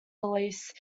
lease